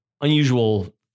Unusual